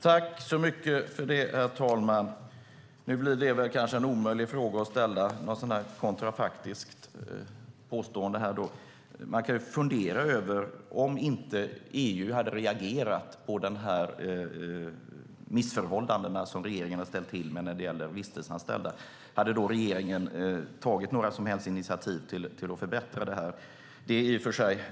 Herr talman! Kanske är det en omöjlig fråga att ställa - eller ett kontrafaktiskt påstående att göra - men man kan fundera över hur det hade varit om EU inte hade reagerat på de missförhållanden som regeringen ställt till med när det gäller visstidsanställda. Hade regeringen då tagit några som helst initiativ till att förbättra förhållandena?